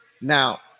now